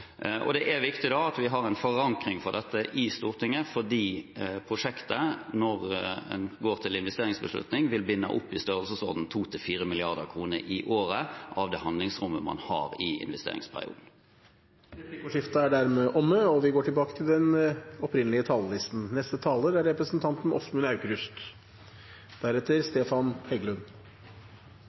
Det er viktig at vi har en forankring av dette i Stortinget, fordi prosjektet – når en går til investeringsbeslutning – vil binde opp i størrelsesorden 2–4 mrd. kr i året av det handlingsrommet man har i investeringsperioden. Replikkordskiftet er omme. I går var det nøyaktig to år siden Parisavtalen ble signert. Det er